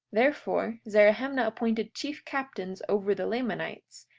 therefore, zerahemnah appointed chief captains over the lamanites,